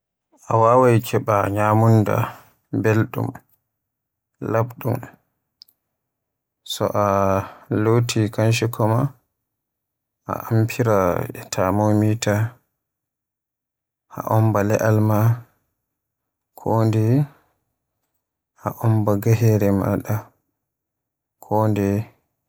A waawai keba nyamunda beldum labdum so a loti kanshikoma a amfirila e thermometer, a omba le'al ma a omba gahere ma kondeye.